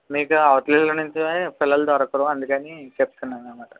మీకు అవతల ఎల్లుండి నుంచీ పిల్లలు దొరకరు అందుకనీ చెప్తున్నాను అన్నమాట